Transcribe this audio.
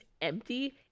empty